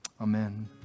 Amen